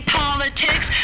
politics